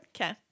Okay